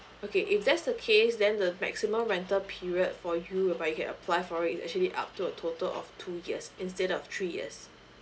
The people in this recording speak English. okay if that's the case then the maximum rental period for you you can apply for it is actually up to a total of two years instead of three years